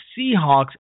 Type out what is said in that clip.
Seahawks